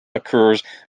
occurs